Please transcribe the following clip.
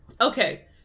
okay